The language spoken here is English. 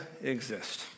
exist